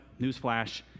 Newsflash